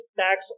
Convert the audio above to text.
tax